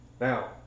Now